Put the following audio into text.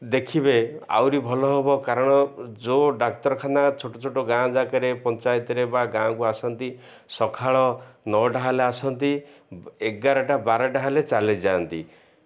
ଦେଖିବେ ଆହୁରି ଭଲ ହେବ କାରଣ ଯେଉଁ ଡ଼ାକ୍ତରଖାନା ଛୋଟ ଛୋଟ ଗାଁ ଯାକାରେ ପଞ୍ଚାୟତରେ ବା ଗାଁକୁ ଆସନ୍ତି ସକାଳ ନଅଟା ହେଲେ ଆସନ୍ତି ଏଗାରଟା ବାରଟା ହେଲେ ଚାଲିଯାଆନ୍ତି